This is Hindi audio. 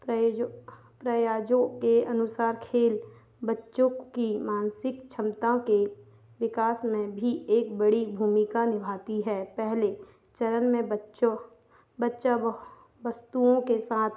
पयोजो प्रयाजो के अनुसार खेल बच्चों की मानसिक क्षमता के विकास में भी एक बड़ी भूमिका निभाती है पहले चरण में बच्चों बच्चा वस्तुओं के साथ